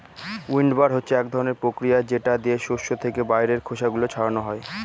উইন্ডবার হচ্ছে এক ধরনের প্রক্রিয়া যেটা দিয়ে শস্য থেকে বাইরের খোসা গুলো ছাড়ানো হয়